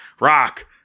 rock